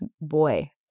boy